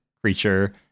creature